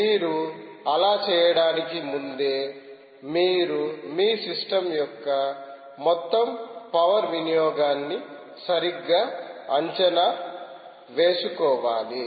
మీరు అలా చేయడానికి ముందే మీరు మీ సిస్టమ్ యొక్క మొత్తం పవర్ వినియోగాన్ని సరిగ్గాఅంచనా వేసుకోవాలి